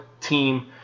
team